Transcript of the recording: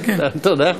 תודה.